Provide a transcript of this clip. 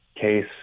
case